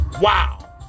Wow